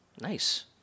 Nice